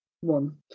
one